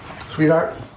Sweetheart